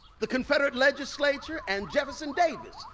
the confederate legislature and jefferson davis,